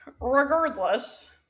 Regardless